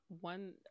one